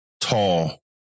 Tall